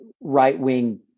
right-wing